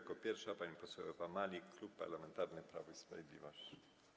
Jako pierwsza pani poseł Ewa Malik, Klub Parlamentarny Prawo i Sprawiedliwość.